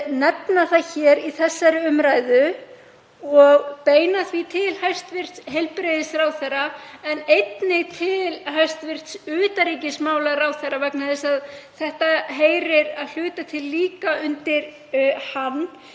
nefna það í þessari umræðu og beina því til hæstv. heilbrigðisráðherra en einnig til hæstv. utanríkisráðherra, vegna þess að þetta heyrir að hluta til líka undir hann,